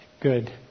Good